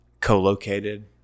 co-located